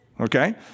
okay